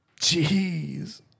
Jeez